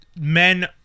men